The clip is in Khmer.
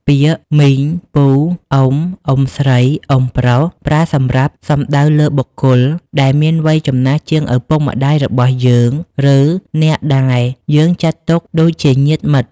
ពាក្យ មីង ពូ អ៊ុំ អ៊ុំស្រី អ៊ុំប្រុស ប្រើសម្រាប់សំដៅលើបុគ្គលដែលមានវ័យចំណាស់ជាងឪពុកម្ដាយរបស់យើង ឬអ្នកដែលយើងចាត់ទុកដូចជាញាតិមិត្ត។